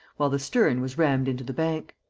while the stern was rammed into the bank.